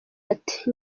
ati